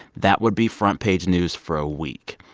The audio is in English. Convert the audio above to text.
that would be front-page news for a week.